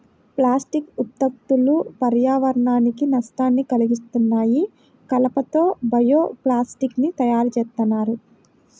plastic ఉత్పత్తులు పర్యావరణానికి నష్టాన్ని కల్గిత్తన్నాయి, కలప తో బయో ప్లాస్టిక్ ని తయ్యారుజేత్తన్నారు